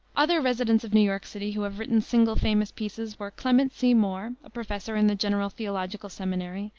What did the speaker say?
other residents of new york city who have written single famous pieces were clement c. moore, a professor in the general theological seminary,